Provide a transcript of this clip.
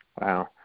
Wow